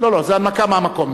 זו הנמקה מהמקום.